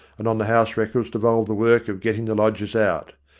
and on the house-wreckers devolved the work of getting the lodgers out.